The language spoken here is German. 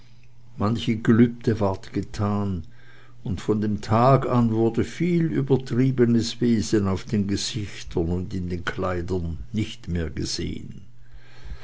manch gelübde ward getan und von dem tage an wurde viel übertriebenes wesen auf den gesichtern und in den kleidern nicht mehr gesehen